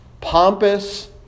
pompous